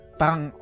parang